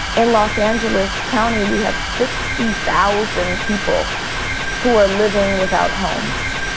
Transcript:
in los angeles county we have sixty thousand people who are living without homes,